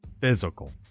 Physical